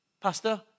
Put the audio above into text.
Pastor